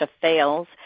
fails